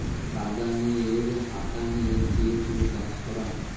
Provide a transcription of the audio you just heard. বাগানের হাকানে যে ফুল চাষ করাং